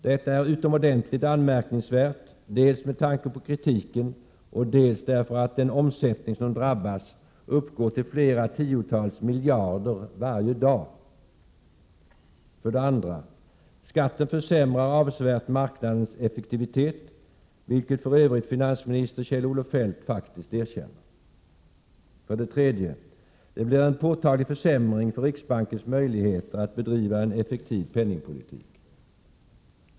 Detta är utomordentligt anmärkningsvärt dels med tanke på kritiken, dels därför att den omsättning som drabbas uppgår till flera tiotals miljarder varje dag. 2. Skatten försämrar avsevärt marknadens effektivitet, vilket för övrigt finansminister Kjell-Olof Feldt faktiskt erkänner. 3. Det blir en påtaglig försämring för riksbankens möjligheter att bedriva en effektiv penningpolitik.